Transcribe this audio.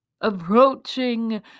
approaching